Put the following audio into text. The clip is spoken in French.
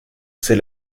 c’est